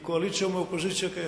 מקואליציה ואופוזיציה כאחד,